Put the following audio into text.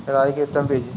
राई के उतम बिज?